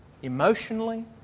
emotionally